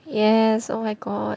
yes oh my god